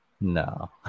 no